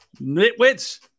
Nitwits